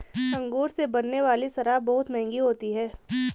अंगूर से बनने वाली शराब बहुत मँहगी होती है